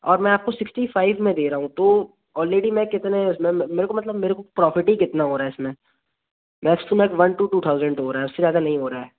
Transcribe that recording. और मैं आपको सिक्सटी फ़ाइव में दे रहा हूँ तो ऑलरेडी मैं कितने उसमें मेरे को मतलब मेरे को प्रॉफ़िट ही कितना हो रहा इसमें max to max one two two thousand हो रहा है उससे ज़्यादा नहीं हो रहा है